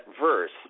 verse